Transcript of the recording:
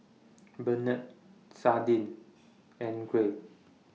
Bennett Sadie and Gregg